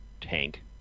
tank